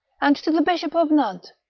and to the bishop of nantes,